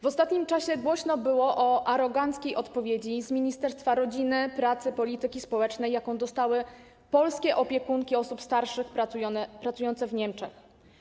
W ostatnim czasie głośno było o aroganckiej odpowiedzi z Ministerstwa Rodziny, Pracy i Polityki Społecznej, jaką dostały polskie opiekunki osób starszych pracujące w Niemczech.